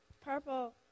purple